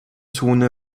zone